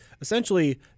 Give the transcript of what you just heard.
Essentially